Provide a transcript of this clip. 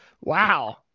Wow